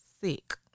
sick